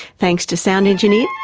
thanks to sound engineer,